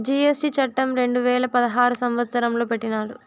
GST చట్టం రెండు వేల పదహారు సంవత్సరంలో పెట్టినారు